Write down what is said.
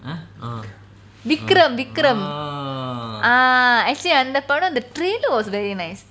Vikram Vikram vikram ah actually அந்த படம் அந்த:antha padam antha the trailer was very nice